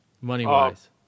money-wise